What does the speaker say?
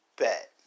bet